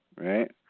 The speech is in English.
right